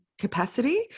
capacity